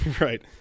Right